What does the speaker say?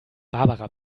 barbara